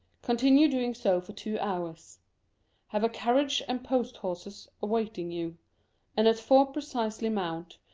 continue doing so for two hours have a carriage and post-horses awaiting you and at four precisely mount,